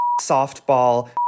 softball